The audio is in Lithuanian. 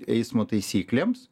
eismo taisyklėms